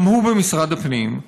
גם הוא במשרד הפנים,